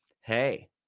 hey